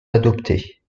adoptés